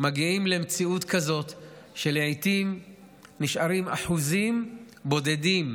מגיעים למציאות כזאת שלעתים נשארים אחוזים בודדים